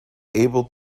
able